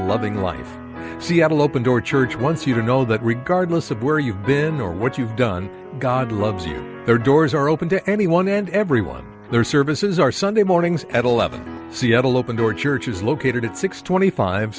loving wife seattle open door church once you know that regardless of where you've been or what you've done god loves you there doors are open to anyone and everyone their services are sunday mornings at eleven seattle open door church is located at six twenty five